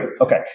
Okay